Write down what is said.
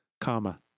Comma